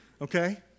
Okay